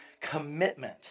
commitment